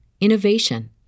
innovation